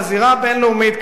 בזירה הבין-לאומית,